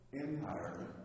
Empire